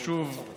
שוב את